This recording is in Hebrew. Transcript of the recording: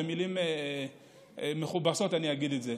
במילים מכובסות אני אגיד את זה,